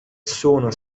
sono